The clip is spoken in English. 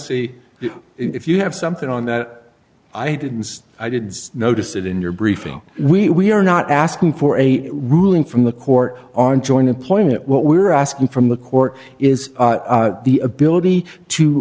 see if you have something on that i didn't i didn't notice it in your briefing we are not asking for a ruling from the court on joint employment what we're asking from the court is the ability to